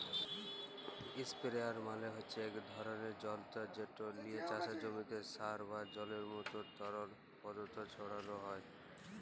ইসপেরেয়ার মালে হছে ইক ধরলের জলতর্ যেট লিয়ে চাষের জমিতে সার বা জলের মতো তরল পদাথথ ছড়ালো হয়